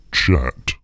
chat